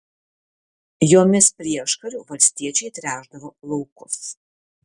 jomis prieškariu valstiečiai tręšdavo laukus